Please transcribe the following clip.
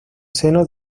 seno